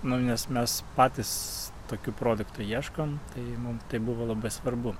nu nes mes patys tokių produktų ieškom tai mum tai buvo labai svarbu